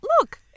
look